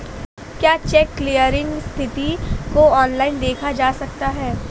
क्या cheque clearing स्थिति को ऑनलाइन देखा जा सकता है?